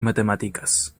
matemáticas